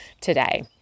today